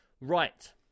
right